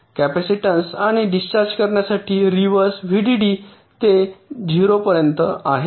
capacitor आणि discharge करण्यासाठी reverse VDD ते 0 पर्यंत आहे